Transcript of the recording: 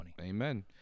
Amen